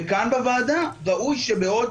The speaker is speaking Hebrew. וכאן בוועדה ראוי שבעוד